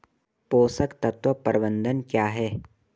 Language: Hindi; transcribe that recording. पोषक तत्व प्रबंधन क्या है?